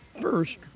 first